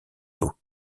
tôt